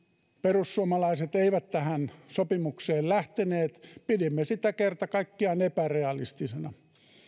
perussuomalaiset eivät tähän sopimukseen lähteneet pidimme sitä kerta kaikkiaan epärealistisena